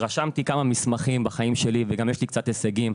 רשמתי כמה מסמכים בחיים שלי וגם יש לי קצת הישגים,